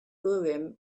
urim